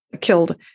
killed